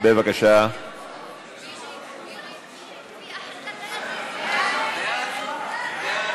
ההצעה להעביר את הצעת חוק חובת גילוי לגבי מי